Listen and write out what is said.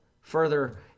further